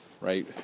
right